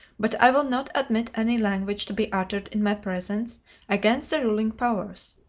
but i will not admit any language to be uttered in my presence against the ruling powers.